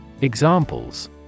Examples